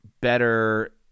better